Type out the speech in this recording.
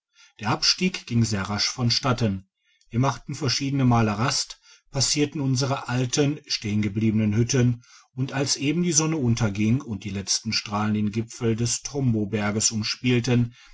der abstieg ging sehr rasch von statten wir machen verschiedene male rast passierten unsere alten stehengebliebenen hütten und als eben die sonne unterging und die letzten strahlen den gipfel des tombo berges umspielten